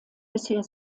bisher